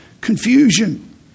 confusion